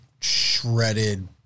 shredded